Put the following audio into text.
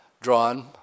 drawn